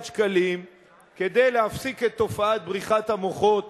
שקלים כדי להפסיק את תופעת בריחת המוחות